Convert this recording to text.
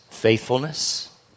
faithfulness